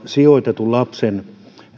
sijoitetun lapsen